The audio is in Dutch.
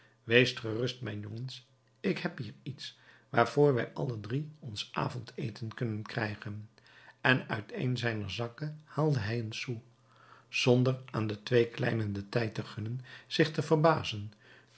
weest gerust mijn jongens ik heb hier iets waarvoor wij alle drie ons avondeten kunnen krijgen en uit een zijner zakken haalde hij een sou zonder aan de twee kleinen den tijd te gunnen zich te verbazen